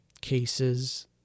cases